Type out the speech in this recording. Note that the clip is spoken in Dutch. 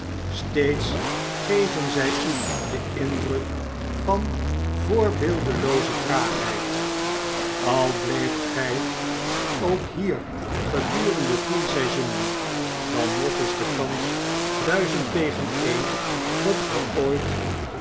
steeds geven zy u den indruk van voorbeeldelooze traagheid al bleeft gy ook hier gedurende tien seizoenen dan nog is de kans duizend tegen een dat ge ooit